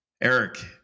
eric